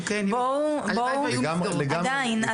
בואו עדיין,